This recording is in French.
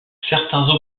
certains